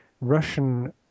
Russian